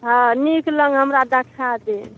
हँ नीक लग हमरा दखाए दे